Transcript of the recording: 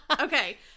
Okay